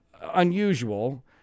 unusual